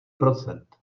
procent